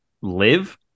live